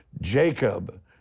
Jacob